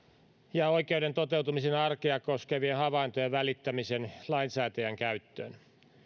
ja oikeuden toteutumisen arkea koskevien havaintojen välittämisen lainsäätäjän käyttöön